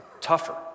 tougher